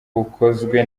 bukozwe